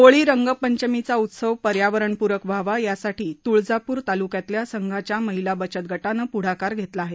होळी रंगपंचमीचा उत्सव पर्यावरणपूरक व्हावा यासाठी तुळजापूर तालुक्यातल्या संघाच्या महिला बचत गटानं पुढाकार घेतला आहे